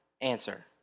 answer